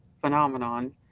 phenomenon